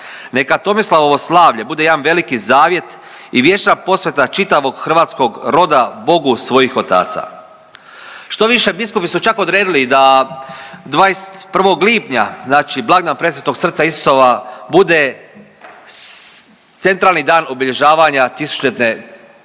Neka Tomislavovo slavlje bude jedan veliki zavjet i vječna posveta čitavog hrvatskog roda Bogu svojih otaca. Štoviše biskupi su čak odredili da 21. lipnja znači blagdan Presvetog Srca Isusova bude centrali dan obilježavanja tisućljetne